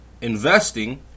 Investing